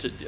tidigare.